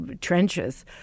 trenches